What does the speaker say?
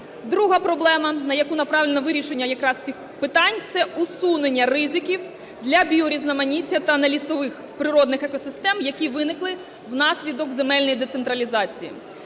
Друга проблема, на яку направлено вирішення якраз цих питань – це усунення ризиків для біорізноманіття та нелісових природних екосистем, які виникли внаслідок земельної децентралізації.